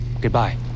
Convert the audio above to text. Goodbye